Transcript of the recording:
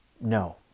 No